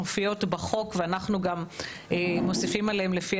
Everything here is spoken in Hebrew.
מופיעות בחוק ואנחנו גם מוסיפים עליהן לפי